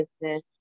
business